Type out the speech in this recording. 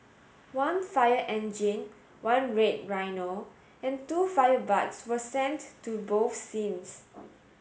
one fire engine one red rhino and two fire bikes were sent to both scenes